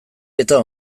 eta